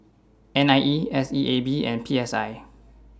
N I E S E A B and P S I